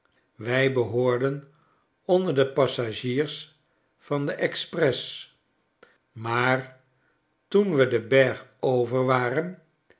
wij behoorden onder de passagiers van de expresse maar toen we den berg over waren